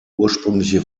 ursprüngliche